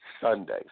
Sunday